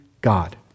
God